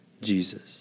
Jesus